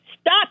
stop